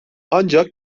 ancak